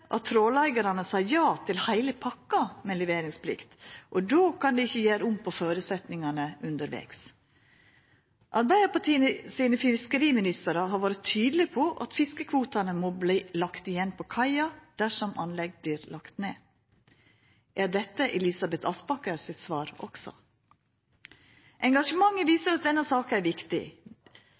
at tråleigarane sa ja til heile pakka med leveringsplikt, og då kan dei ikkje gjera om på føresetnadane undervegs. Arbeidarpartiets fiskeriministrar har vore tydelege på at fiskekvotane må verta lagde igjen på kaia dersom anlegg blir lagde ned. Er dette svaret til Elisabeth Aspaker også? Engasjementet viser at denne saka er viktig.